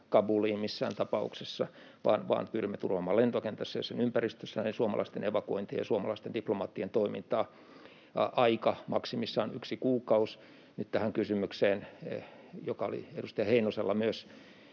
Kabuliin, missään tapauksessa, vaan pyrimme turvaamaan lentokentällä ja sen ympäristössä suomalaisten evakuointeja ja suomalaisten diplomaattien toimintaa. Aika on maksimissaan yksi kuukausi. Nyt tähän kysymykseen, joka oli edustaja Heinosella myös,